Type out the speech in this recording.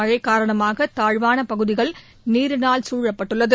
மழை காரணமாக தாழ்வான பகுதிகள் நீரினால் குழப்பட்டுள்ளது